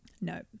No